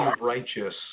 righteous